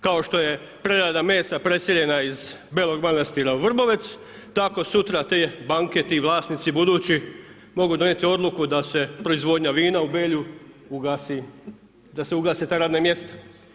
Kao što je prerada mesa preseljena iz Belog Manastira u Vrbovec, tako sutra te banke, ti vlasnici budući mogu donijeti odluku da se proizvodnja vina u Belju ugasi, da se ugase ta radna mjesta.